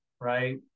right